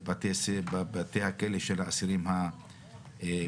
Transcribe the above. בבתי הכלא של האסירים הביטחוניים,